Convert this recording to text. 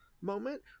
moment